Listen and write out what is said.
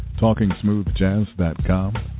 TalkingSmoothJazz.com